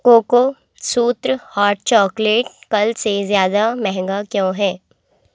कोकोसूत्र hot chocolate कल से ज़्यादा महंगा क्यों है